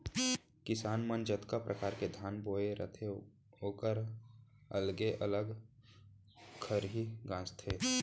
किसान मन जतका परकार के धान बोए रथें ओकर अलगे अलग खरही गॉंजथें